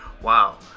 Wow